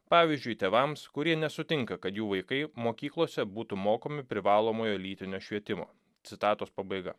pavyzdžiui tėvams kurie nesutinka kad jų vaikai mokyklose būtų mokomi privalomojo lytinio švietimo citatos pabaiga